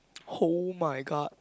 [oh]-my god